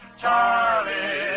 Charlie